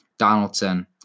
Donaldson